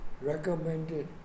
recommended